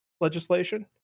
legislation